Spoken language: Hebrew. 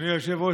אדוני היושב-ראש,